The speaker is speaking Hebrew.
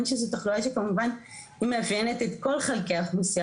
שזו תחלואה שכמובן היא מאפיינת את כל חלקי האוכלוסייה